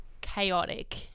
chaotic